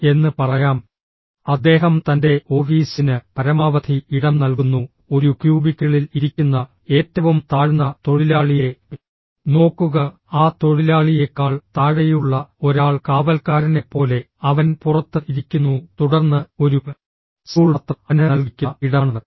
O എന്ന് പറയാം അദ്ദേഹം തന്റെ ഓഫീസിന് പരമാവധി ഇടം നൽകുന്നു ഒരു ക്യൂബിക്കിളിൽ ഇരിക്കുന്ന ഏറ്റവും താഴ്ന്ന തൊഴിലാളിയെ നോക്കുക ആ തൊഴിലാളിയേക്കാൾ താഴെയുള്ള ഒരാൾ കാവൽക്കാരനെപ്പോലെ അവൻ പുറത്ത് ഇരിക്കുന്നു തുടർന്ന് ഒരു സ്റ്റൂൾ മാത്രം അവന് നൽകിയിരിക്കുന്ന ഇടമാണ്